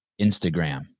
Instagram